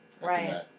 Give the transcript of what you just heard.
Right